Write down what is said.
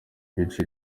imico